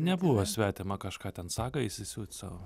nebuvo svetima kažką ten sagą įsisiūt sau